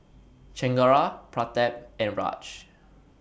Chengara Pratap and Raj